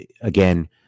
again